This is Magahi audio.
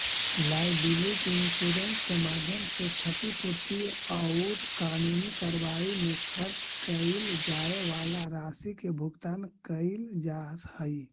लायबिलिटी इंश्योरेंस के माध्यम से क्षतिपूर्ति औउर कानूनी कार्रवाई में खर्च कैइल जाए वाला राशि के भुगतान कैइल जा हई